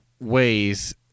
ways